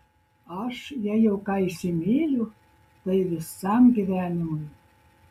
aš jei jau ką įsimyliu tai visam gyvenimui